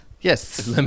Yes